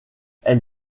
elle